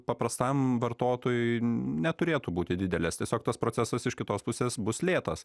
paprastam vartotojui neturėtų būti didelės tiesiog tas procesas iš kitos pusės bus lėtas